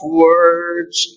words